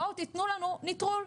בואו תיתנו לנו נטרול,